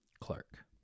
Clark